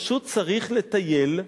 פשוט צריך לטייל,